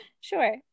Sure